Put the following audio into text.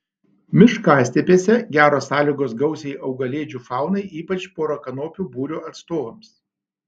miškastepėse geros sąlygos gausiai augalėdžių faunai ypač porakanopių būrio atstovams